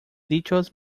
dichos